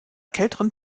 kälteren